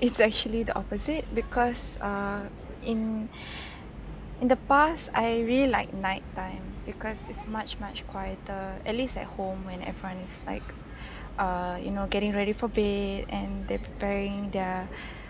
it's actually the opposite because err in in the past I really like night time because it's much much quieter at least at home when everyone is like err you know getting ready for bed and they preparing their